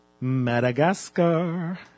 Madagascar